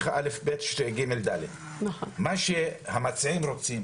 מה שהמציעים רוצים,